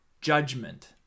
judgment